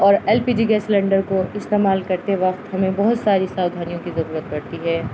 اور L P G gas cylinder کو استعمال کرتے وقت ہمیں بہت ساری ساوھانیوں کی ضرورت پڑتی ہے